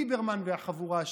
ליברמן והחבורה שלו,